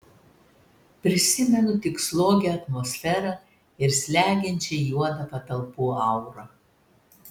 prisimenu tik slogią atmosferą ir slegiančiai juodą patalpų aurą